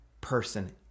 person